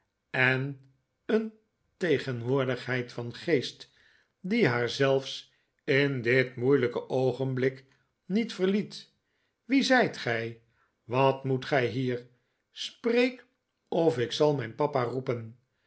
en een tegenwoordigheid van geest die haar zelfs in dit moeilijke oogenblik niet verliet wie zijt gij wat moet gij hier spreek of ik zal mijn papa roepen